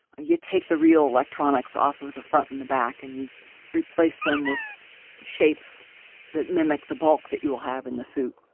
and you take the real electronics off of the front and the back and you replace them with shapes that mimic the bulk that you will have in the suit.